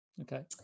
Okay